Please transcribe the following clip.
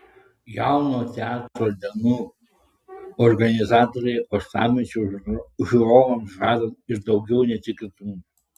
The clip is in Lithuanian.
jauno teatro dienų organizatoriai uostamiesčio žiūrovams žada ir daugiau netikėtumų